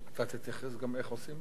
אתה תתייחס גם לאיך תעשו את זה?